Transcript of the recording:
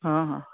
हँ हँ